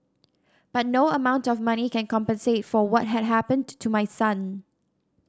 but no amount of money can compensate for what had happened to my son